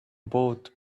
both